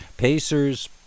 Pacers